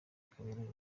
kabera